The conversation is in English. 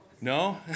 No